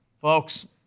folks